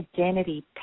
identity